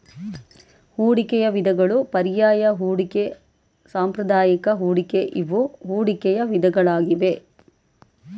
ಹೂಡಿಕೆಯ ವಿಧಗಳು ಪರ್ಯಾಯ ಹೂಡಿಕೆ, ಸಾಂಪ್ರದಾಯಿಕ ಹೂಡಿಕೆ ಇವು ಹೂಡಿಕೆಯ ವಿಧಗಳಾಗಿವೆ